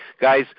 Guys